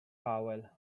powell